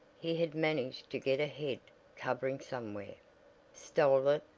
he had managed to get a head covering somewhere stole it,